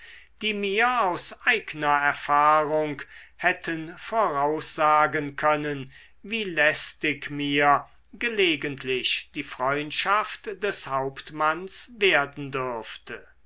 die mir aus eigner erfahrung hätten voraussagen können wie lästig mir gelegentlich die freundschaft des hauptmanns werden dürfte